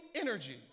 energy